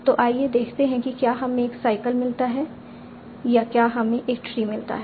तो आइए देखते हैं कि क्या हमें एक साइकल मिलता है या क्या हमें एक ट्री मिलता है